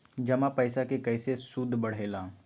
जमा पईसा के कइसे सूद बढे ला?